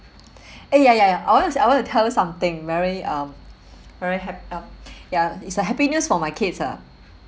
eh ya ya ya I want I want to tell you something very um very hap~ um ya it's a happy news for my kids ah